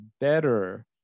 better